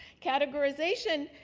categorization,